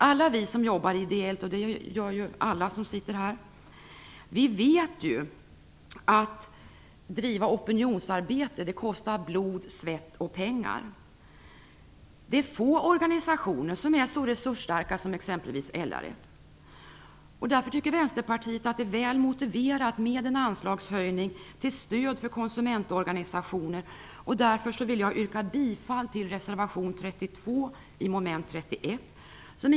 Alla vi som jobbar ideellt, och det gör ju alla som sitter här, vet ju att det kostar blod, svett och pengar att driva opinionsarbete. Det är få organisationer som är så resursstarka som t.ex. LRF. Därför tycker Vänsterpartiet att det är väl motiverat med en anslagshöjning till stöd för konsumentorganisationerna. Därför vill jag yrka bifall till reservation 32 i mom.